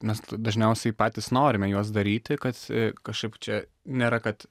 mes dažniausiai patys norime juos daryti kad kažkaip čia nėra kad